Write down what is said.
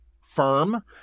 firm